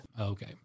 Okay